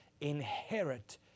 inherit